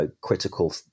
critical